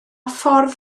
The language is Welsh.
ffordd